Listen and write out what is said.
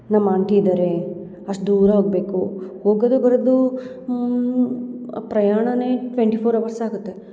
ನಮ್ಮ ಆಂಟಿ ಇದ್ದಾರೆ ಅಷ್ಟು ದೂರ ಹೋಗ್ಬೇಕು ಹೋಗೋದು ಬರೋದೂ ಪ್ರಯಾಣವೇ ಟ್ವೆಂಟಿ ಫೋರ್ ಅವರ್ಸ್ ಆಗುತ್ತೆ